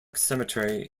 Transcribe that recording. cemetery